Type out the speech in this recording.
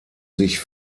sich